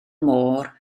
môr